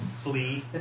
Flee